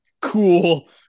cool